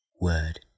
word